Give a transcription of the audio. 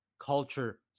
Culture